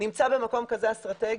הוא נמצא במקום כזה אסטרטגי,